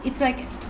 it's like